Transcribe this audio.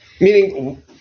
Meaning